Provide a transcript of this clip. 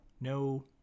no